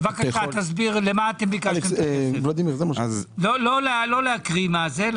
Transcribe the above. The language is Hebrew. בבקשה תסביר למה ביקשתם את הכסף.